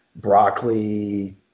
broccoli